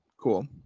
cool